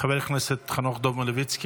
חבר הכנסת חנוך דב מלביצקי,